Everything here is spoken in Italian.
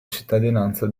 cittadinanza